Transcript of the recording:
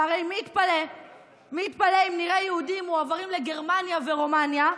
והרי מי יתפלא אם נראה יהודים מועברים לגרמניה ורומניה,